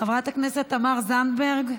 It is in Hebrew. חברת הכנסת תמר זנדברג,